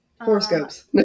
Horoscopes